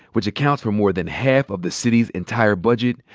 which accounts for more than half of the city's entire budget,